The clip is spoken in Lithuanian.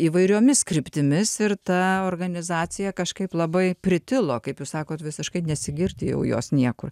įvairiomis kryptimis ir ta organizacija kažkaip labai pritilo kaip jūs sakot visiškai nesigirdi jau jos niekur